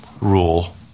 rule